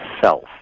self